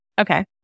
Okay